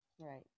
Right